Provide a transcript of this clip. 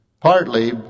partly